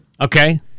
Okay